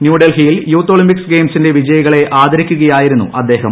ന്യൂഡൽഹിയിൽ youth Olympic ഗെയിംസിന്റെ വിജയികളെ ആദരിക്കുകയായിരുന്നു അദ്ദേഹം